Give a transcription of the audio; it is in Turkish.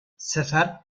sefer